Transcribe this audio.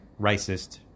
racist